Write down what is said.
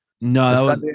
No